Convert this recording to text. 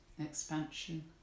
expansion